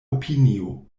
opinio